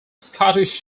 scottish